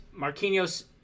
Marquinhos